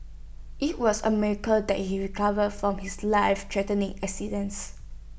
IT was A miracle that he recovered from his lifethreatening accidents